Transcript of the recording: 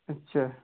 اچھا